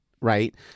Right